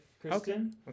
Kristen